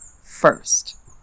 first